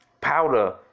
powder